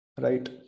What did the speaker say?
right